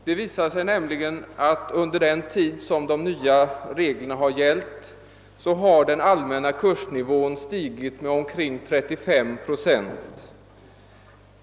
Det visar sig nämligen att under den tid som de nya reglerna gällt har den allmänna kursnivån stigit med omkring 35 procent.